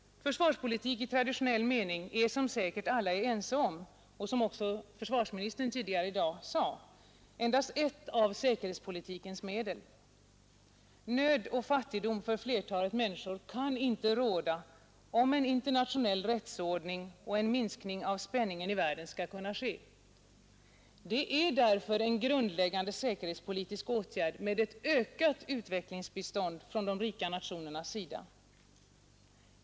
Försvarspolitik i traditionell mening är, som säkerligen alla är ense om och som även försvarsministern tidigare i dag sade, endast ett av säkerhetspolitikens medel. Nöd och fattigdom för flertalet människor kan inte råda om en internationell rättsordning och en minskning av spänningen i världen skall kunna genomföras. Det är därför en grundläggande säkerhetspolitisk åtgärd med ett ökat utvecklingsbistånd från de rika nationernas sida.